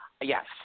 Yes